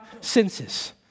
senses